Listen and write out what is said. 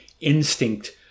instinct